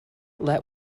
let